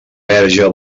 verge